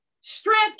Strength